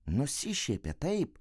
nusišiepė taip